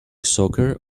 soccer